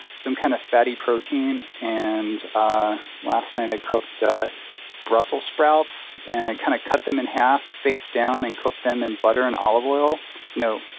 some kind of fatty protein, and ah last night i cooked brussels sprouts, and i kind of cut them in half facedown and cooked them in butter and olive oil no,